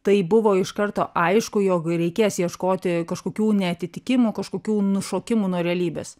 tai buvo iš karto aišku jog reikės ieškoti kažkokių neatitikimų kažkokių nušokimų nuo realybės